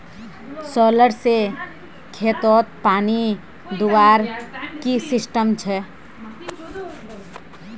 Solar से खेतोत पानी दुबार की सिस्टम छे?